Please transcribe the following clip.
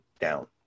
down